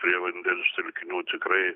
prie vandens telkinių tikrai